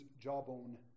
jawbone